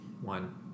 one